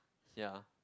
ya